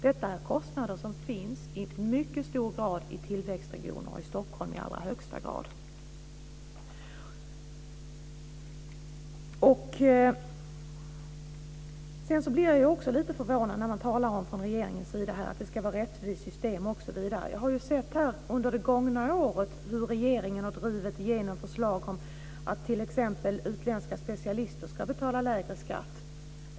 Detta är kostnader som finns i mycket hög grad i tillväxtregioner, i Stockholm i allra högsta grad. Sedan blir jag lite förvånad när man talar om från regeringens sida att det ska vara ett rättvist system osv. Vi har sett under det gångna året hur regeringen har drivit igenom förslag om att t.ex. utländska specialister ska betala lägre skatt.